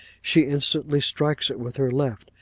she instantly strikes it with her left,